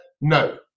No